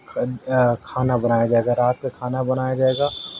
کھانا بنایا جائے گا رات کا کھانا بنایا جائے گا